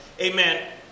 Amen